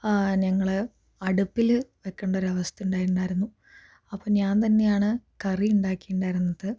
ഞങ്ങൾ അടുപ്പിൽ വയ്ക്കേണ്ട ഒരു അവസ്ഥ ഉണ്ടായിട്ടുണ്ടായിരുന്നു അപ്പോൾ ഞാൻ തന്നെ ആണ് കറി ഉണ്ടാക്കിയിട്ടുണ്ടായിരുന്നത്